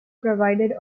provided